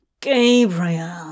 Gabriel